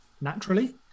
naturally